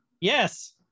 Yes